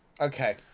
Okay